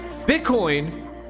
Bitcoin